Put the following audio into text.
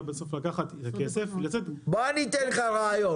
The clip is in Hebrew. לקחת את הכסף ולצאת --- אתן לך רעיון.